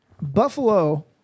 Buffalo